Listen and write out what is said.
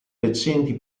recenti